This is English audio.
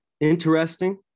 interesting